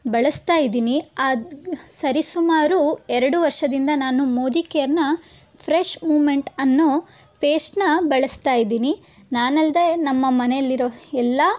ಬಳಸ್ತಾ ಇದ್ದೀನಿ ಆದ ಸರಿಸುಮಾರು ಎರಡು ವರ್ಷದಿಂದ ನಾನು ಮೋದಿಕೇರ್ನ ಫ್ರೆಶ್ ಮೂಮೆಂಟ್ ಅನ್ನೋ ಪೇಸ್ಟನ್ನ ಬಳಸ್ತಾ ಇದ್ದೀನಿ ನಾನು ಅಲ್ಲದೆ ನಮ್ಮ ಮನೆಯಲ್ಲಿರೋ ಎಲ್ಲ